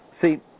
See